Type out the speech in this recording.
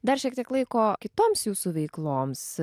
dar šiek tiek laiko kitoms jūsų veikloms